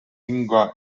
lingua